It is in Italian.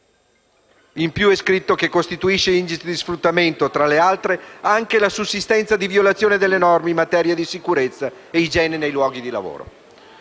In più è scritto che costituisce indice di sfruttamento, tra le altre, anche la sussistenza di violazione delle norme in materia di sicurezza e igiene nei luoghi di lavoro.